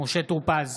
משה טור פז,